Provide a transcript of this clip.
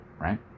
right